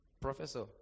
Professor